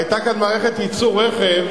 והיתה כאן מערכת ייצור רכב,